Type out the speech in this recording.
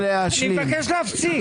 אני מבקש להפסיק.